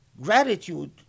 Gratitude